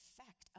effect